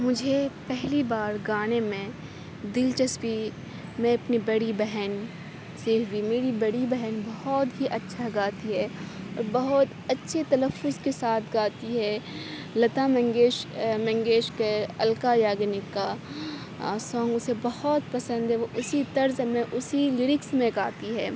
مجھے پہلی بار گانے میں دلچسپی میں اپنی بڑی بہن سے وی میری بڑی بہن بہت ہی اچھا گاتی ہے بہت اچھے تلفظ کے ساتھ گاتی ہے لتامنگیش منگیشکر الکا یاگنک کا سانگ اُسے بہت پسند ہے وہ اُسی طرز میں اُسی لیرکس میں گاتی ہے